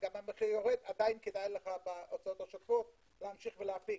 אז גם המחיר יורד - עדיין כדאי לך בהוצאות השוטפות להמשיך להפיק.